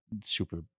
super